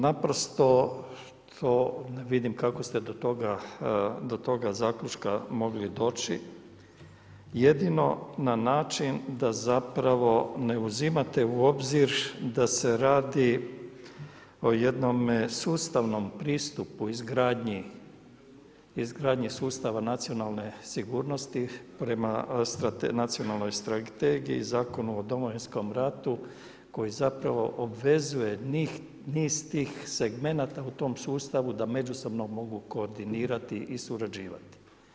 Naprosto to ne vidim kako ste do toga zaključka mogli doći, jedino na način da ne uzimate u obzir da se radi o jednom sustavnom pristupu izgradnji sustava nacionalne sigurnosti prema nacionalnoj strategiji, Zakonu o Domovinskom ratu koji obvezuje niz tih segmenata u tom sustavu da međusobno mogu koordinirati i surađivati.